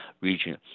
region